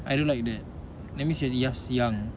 I don't like that let me surely you are young